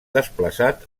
desplaçat